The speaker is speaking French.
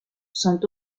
sont